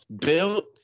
built